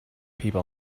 people